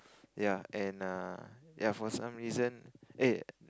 ya and err ya for some reason eh